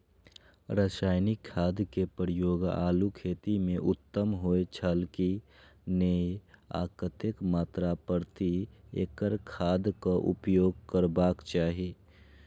रासायनिक खाद के प्रयोग आलू खेती में उत्तम होय छल की नेय आ कतेक मात्रा प्रति एकड़ खादक उपयोग करबाक चाहि?